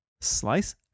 Slice